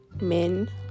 men